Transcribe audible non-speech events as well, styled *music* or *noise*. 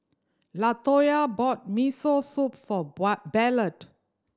Latoya bought Miso Soup for *unintelligible* Ballard